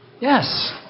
Yes